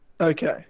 Okay